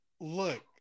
Look